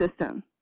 system